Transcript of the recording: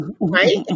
right